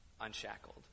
unshackled